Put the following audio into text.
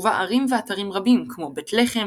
ובה ערים ואתרים רבים כמו בית לחם,